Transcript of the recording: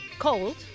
cold